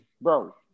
Bro